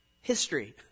history